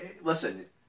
listen